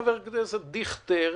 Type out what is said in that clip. חבר הכנסת דיכטר,